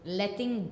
letting